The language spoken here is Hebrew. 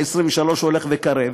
23 הולך וקרב.